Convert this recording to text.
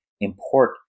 import